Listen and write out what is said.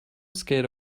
scared